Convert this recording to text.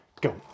go